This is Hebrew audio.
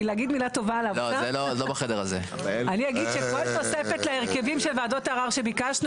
אני אגיד שכל תוספת להרכבים של וועדות ערר שביקשנו,